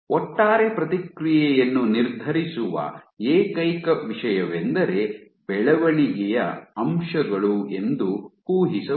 ಒಟ್ಟಾರೆ ಪ್ರತಿಕ್ರಿಯೆಯನ್ನು ನಿರ್ಧರಿಸುವ ಏಕೈಕ ವಿಷಯವೆಂದರೆ "ಬೆಳವಣಿಗೆಯ ಅಂಶಗಳು" ಎಂದು ಊಹಿಸಬಹುದು